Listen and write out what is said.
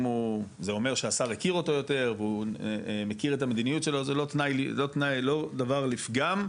זה אומר שהשר הכיר אותו יותר והוא מכיר את המדיניות שלו זה לא דבר לפגם,